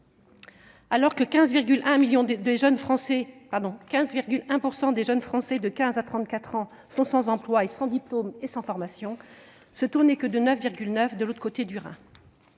Alors que 15,1 % des jeunes Français de 15 ans à 34 ans sont sans emploi, sans diplôme et sans formation, ce taux n'est que de 9,9 % de l'autre côté du Rhin.